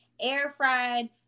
air-fried